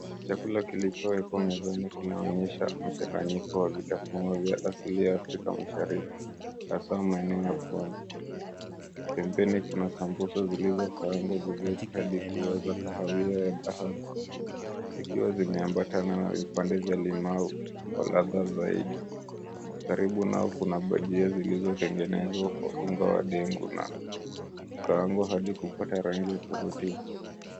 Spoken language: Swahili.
Chakula kilichowekwa mezani kinaonyesha mchanganyiko wa vitafunwa vya asili ya Afrika Mashariki, hasa maeneo ya pwani. Pembeni kuna sambusa zilizokaangwa vizuri hadi kuwa za kahawia ya dhahabu, zikiwa zimeambatana na vipande vya limau kwa ladha zaidi. Karibu nao kuna bajia zilizotengenezwa kwa unga wa dengu na kukaangwa hadi kupata rangi ya kuvutia.